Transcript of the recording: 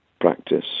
practice